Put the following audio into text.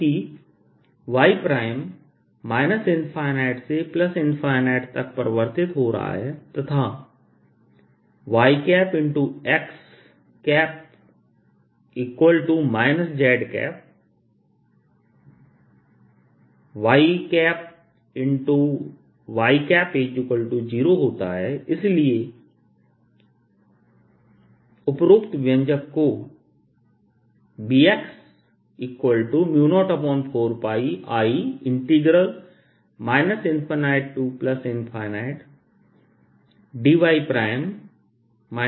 क्योंकि y से तक तक परिवर्तित हो रहा है तथा yx z yy0 होता है इसलिए उपरोक्त व्यंजक को Bx04πI ∞dy zxx2y232के रूप में लिखा जा सकता है